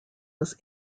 was